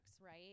right